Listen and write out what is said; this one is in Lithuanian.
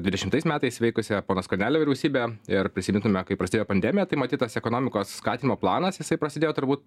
dvidešimtais metais veikusią pono skvernelio vyriausybę ir prisimintume kai prasidėjo pandemija tai matyt tas ekonomikos skatinimo planas jisai prasidėjo turbūt